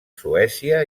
suècia